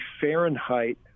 Fahrenheit